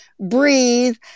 breathe